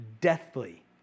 deathly